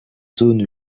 zones